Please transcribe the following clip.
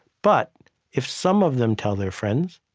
but if some of them tell their friends,